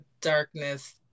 darkness